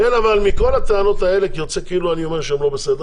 מכל הטענות האלה יוצא כאילו אני אומר שהם לא בסדר,